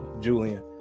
Julian